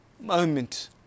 moment